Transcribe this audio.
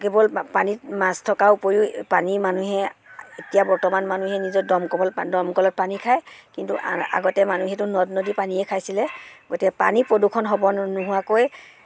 কেৱল পানীত মাছ থকা উপৰিও পানী মানুহে এতিয়া বৰ্তমান মানুহে নিজৰ দমকল দমকলত পানী খায় কিন্তু আগতে মানুহেতো নদ নদীৰ পানীয়ে খাইছিলে গতিকে পানী প্ৰদূষণ হ'ব ন নোহোৱাকৈ